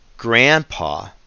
grandpa